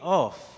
off